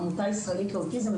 עמותה ישראלית לאוטיזם,